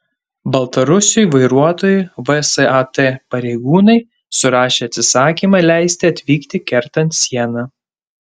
baltarusiui vairuotojui vsat pareigūnai surašė atsisakymą leisti atvykti kertant sieną